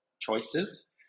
choices